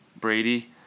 Brady